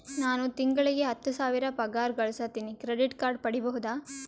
ನಾನು ತಿಂಗಳಿಗೆ ಹತ್ತು ಸಾವಿರ ಪಗಾರ ಗಳಸತಿನಿ ಕ್ರೆಡಿಟ್ ಕಾರ್ಡ್ ಪಡಿಬಹುದಾ?